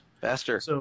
Faster